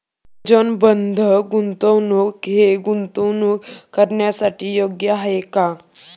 नियोजनबद्ध गुंतवणूक हे गुंतवणूक करण्यासाठी योग्य आहे का?